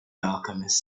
alchemist